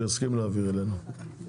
הוא יסכים להעביר אלינו.